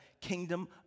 kingdom